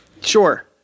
Sure